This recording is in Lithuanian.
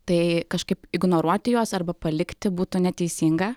tai kažkaip ignoruoti juos arba palikti būtų neteisinga